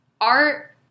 art